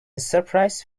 surprise